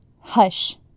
Hush